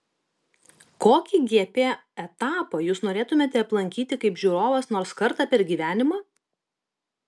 kokį gp etapą jūs norėtumėte aplankyti kaip žiūrovas nors kartą per gyvenimą